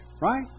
right